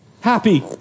Happy